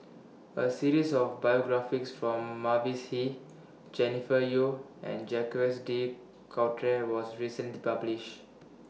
A series of biographies from Mavis Hee Jennifer Yeo and Jacques De Coutre was recently published